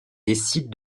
décide